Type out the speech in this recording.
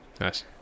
Nice